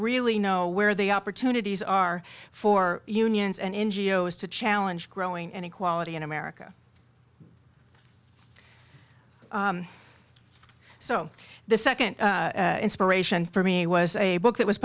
really know where the opportunities are for unions and n g o s to challenge growing inequality in america so the second inspiration for me was a book that was